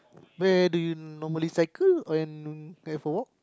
where do you normally cycle and and for walk